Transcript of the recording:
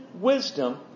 wisdom